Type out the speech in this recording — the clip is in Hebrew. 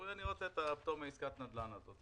אבל הם רוצים פטור מעסקת נדל"ן כלשהי,